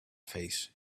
face